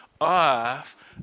off